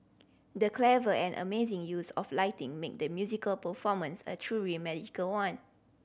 the clever and amazing use of lighting made the musical performance a truly magical one